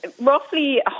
Roughly